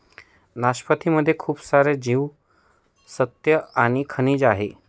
नाशपती मध्ये खूप सारे जीवनसत्त्व आणि खनिज असते